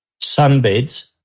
sunbeds